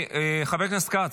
חבר הכנסת כץ,